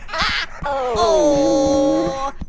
oh.